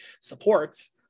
supports